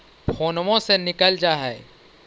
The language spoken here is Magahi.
फोनवो से निकल जा है?